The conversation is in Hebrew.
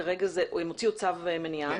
כרגע הם הוציאו צו מניעה,